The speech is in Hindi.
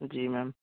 जी मैंम